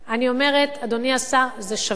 אני אומרת, אדוני השר: זה שווה.